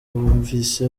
bumvise